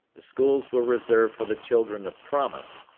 the schools were reserved for the children of promise,